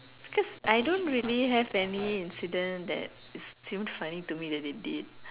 cos I don't really have any incident that seemed funny to me that they did